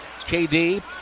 KD